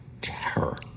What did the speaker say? terror